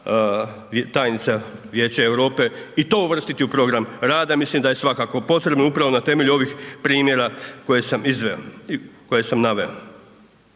tajnica Vijeća Europe i to uvrstiti u program rada, mislim da je svakako potrebno upravo na temelju ovih primjera koje sam naveo. Također bih se